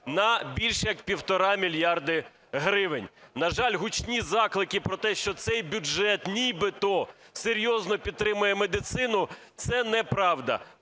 на більш як півтора мільярда гривень. На жаль, гучні заклики про те, що цей бюджет нібито серйозно підтримує медицину, – це не правда.